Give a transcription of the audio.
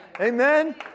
Amen